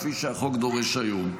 כפי שהחוק דורש היום.